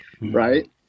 Right